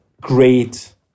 great